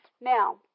Now